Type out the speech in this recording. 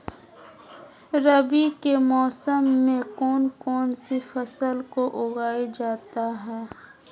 रवि के मौसम में कौन कौन सी फसल को उगाई जाता है?